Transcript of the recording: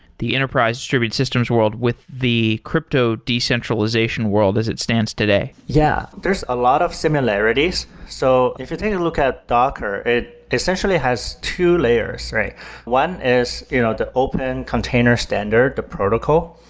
the enterprise distributed systems world with the crypto decentralization world as it stands today? yeah. there's a lot of similarities. so if you take a look at docker, it essentially has two layers. one is you know the open container standard, the protocol,